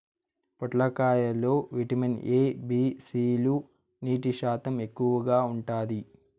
పొట్లకాయ లో vitamin A, B, C లు, నీటి శాతం ఎక్కువగా ఉంటాది